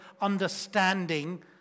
understanding